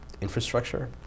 infrastructure